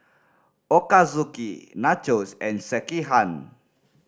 Ochazuke Nachos and Sekihan